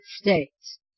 States